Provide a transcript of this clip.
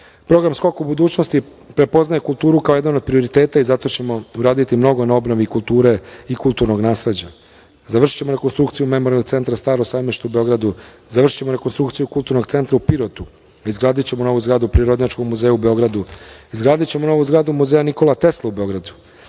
radova. Program Skok u budućnost prepoznaje kulturu kao jedan od prioriteta i zato ćemo uraditi mnogo na obnovi kulture i kulturnih nasleđa. Završićemo rekonstrukciju Memorijalnog centra Staro sajmište u Beogradu, završićemo rekonstrukciju Kulturnog centra u Pirotu. Izgradimo novu zgradu Prirodnjačkog muzeja u Beogradu. Izgradićemo novu zgradu Muzeja Nikola Tesla u Beogradu.